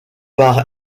par